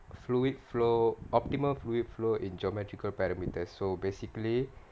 fluid flow optimal fluid flow in geometrical parameters so basically